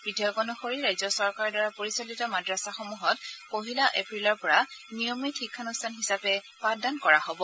বিধেয়ক অনুসৰি ৰাজ্য চৰকাৰৰদ্বাৰা পৰিচালিত মাদ্ৰাছাসমূহত পহিলা এপ্ৰিলৰ পৰা নিয়মিত শিক্ষানুষ্ঠান হিচাপে পাঠদান কৰা হব